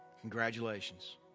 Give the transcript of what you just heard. Congratulations